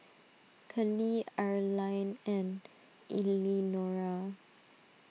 Kellie Arline and Eleanora